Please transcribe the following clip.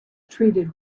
treated